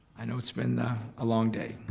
i know it's been a long day,